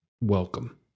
welcome